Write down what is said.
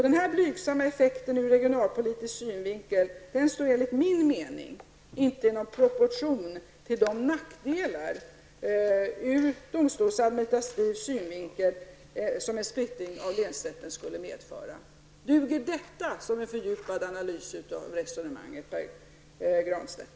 Denna ur regionalpolitisk synvinkel blygsamma effekt står enligt min mening inte i proportion till de nackdelar, sett ur en domstolsadministrativ synvinkel, som en splittring av länsrätten skulle medföra. Duger detta som en fördjupad analys av resonemanget, Pär Granstedt?